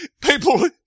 People